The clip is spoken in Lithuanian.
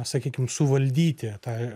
sakykim suvaldyti tą